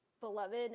beloved